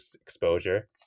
exposure